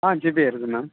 ஆ GPay இருக்குது ma'am